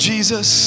Jesus